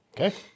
Okay